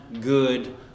good